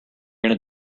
going